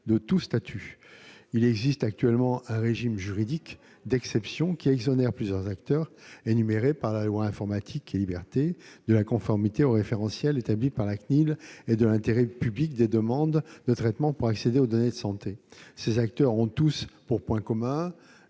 de tout statut. Il existe actuellement un régime juridique d'exception qui exonère plusieurs acteurs, énumérés par la loi Informatique et libertés, de la conformité aux référentiels établis par la CNIL et du critère d'intérêt public des demandes de traitement pour accéder aux données de santé. Ces acteurs ont tous pour point commun